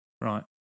Right